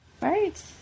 right